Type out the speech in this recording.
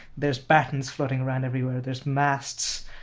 there's battens floating around everywhere, there's masts.